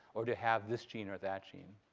or to have this gene or that gene.